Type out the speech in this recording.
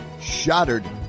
Shattered